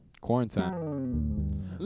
Quarantine